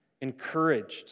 encouraged